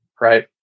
Right